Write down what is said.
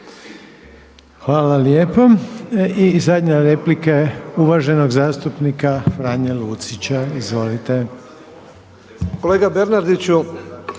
Hvala lijepo. I zadnja replika je uvaženog zastupnika Franje Lucića, izvolite. **Lucić,